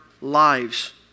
lives